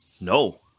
No